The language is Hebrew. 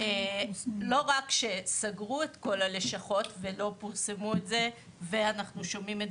לא רק שסגרו את כל הלשכות ולא פורסמו ואנו שומעים את